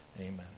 amen